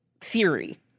theory